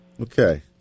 Okay